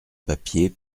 papier